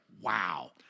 Wow